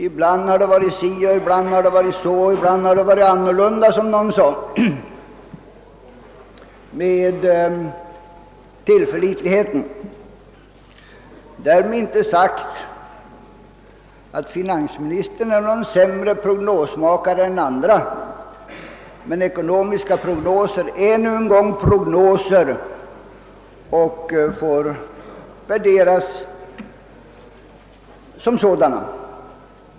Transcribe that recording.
Ibland har det varit si, ibland har det varit så och ibland har det varit annorlunda — som någon sagt — med tillförlitligheten. Jag vill därmed inte påstå att finansministern är en sämre prognosmakare än andra, men ekonomiska prognoser är nu en gång prognoser och måste värderas som sådana.